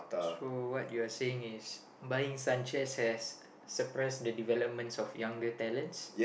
so what you're saying is buying Sanchez has suppressed the developments of younger talents